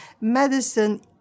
medicine